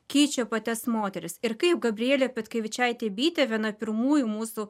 keičia pačias moteris ir kaip gabrielė petkevičaitė bitė viena pirmųjų mūsų